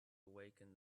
awaken